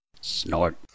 Snort